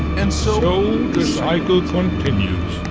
and so the cycle continues.